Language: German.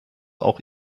auch